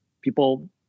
people